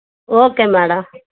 okay madam